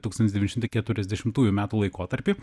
tūkstantis devyni šimtai keturiasdešimtųjų metų laikotarpį